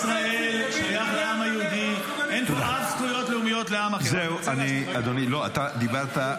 שנה וחצי ימין מלא על מלא, לא מסוגלים